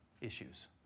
issues